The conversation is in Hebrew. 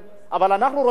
אנחנו אוהבים את הארץ,